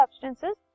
substances